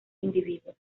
individuos